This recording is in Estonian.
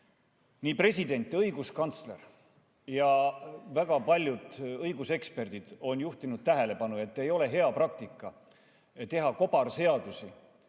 valitsusele. President, õiguskantsler ja väga paljud õiguseksperdid on juhtinud tähelepanu, et ei ole hea praktika teha kobarseadusi